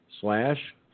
slash